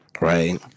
Right